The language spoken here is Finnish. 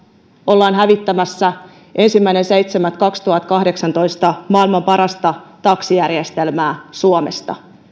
ollaan hävittämässä ensimmäinen seitsemättä kaksituhattakahdeksantoista maailman parasta taksijärjestelmää suomesta